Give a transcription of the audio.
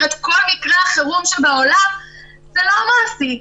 את כל מקרה החירום שבעולם זה לא מעשי.